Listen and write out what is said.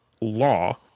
law